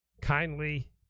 kindly